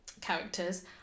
characters